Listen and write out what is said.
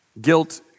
Guilt